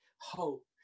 hope